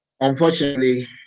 unfortunately